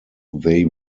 they